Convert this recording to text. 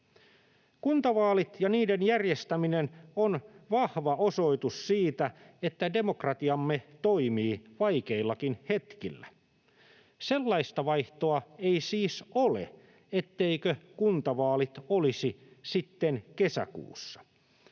Kuntavaalit ja niiden järjestäminen on vahva osoitus siitä, että demokratiamme toimii vaikeillakin hetkillä. Sellaista vaihtoehtoa ei siis ole, etteivätkö kuntavaalit olisi sitten kesäkuussa.